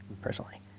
personally